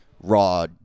raw